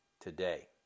today